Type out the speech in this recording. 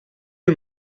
est